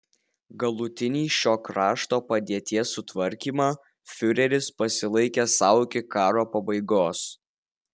galutinį šio krašto padėties sutvarkymą fiureris pasilaikė sau iki karo pabaigos